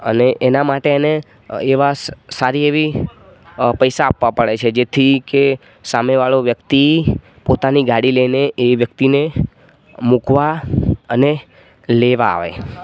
અને એના માટે એને એવા સ એવા સારી એવી પૈસા આપવા પડે છે જેથી કે સામેવાળો વ્યક્તિ પોતાની ગાડી લઈને એ વ્યક્તિને મુકવા અને લેવા આવે